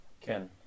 Ken